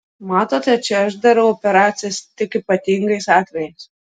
matote čia aš darau operacijas tik ypatingais atvejais